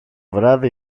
βράδυ